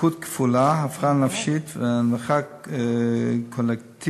לקות כפולה, הפרעה נפשית והנמכה קוגניטיבית,